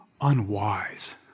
unwise